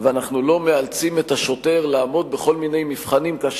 ואנחנו לא מאלצים את השוטר לעמוד בכל מיני מבחנים כך